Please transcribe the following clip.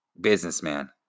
businessman